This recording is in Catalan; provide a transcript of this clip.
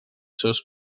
seus